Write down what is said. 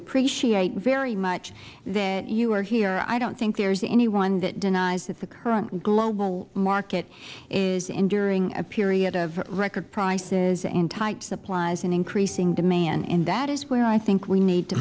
appreciate very much that you are here i don't think there is anyone that denies that the current global market is enduring a period of record prices and tight supplies and increasing demand that is where i think we need to